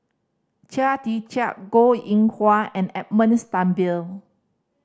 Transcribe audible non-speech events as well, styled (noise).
Chia Tee Chiak Goh Eng Wah and Edmund (unintelligible) Blundell